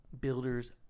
Builders